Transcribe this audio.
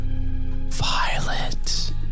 Violet